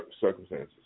circumstances